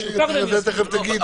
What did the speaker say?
תכף תגיד.